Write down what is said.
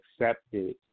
accepted